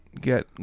get